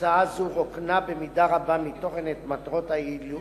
תוצאה זו רוקנה במידה רבה מתוכן את מטרת היעילות